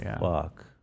fuck